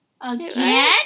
again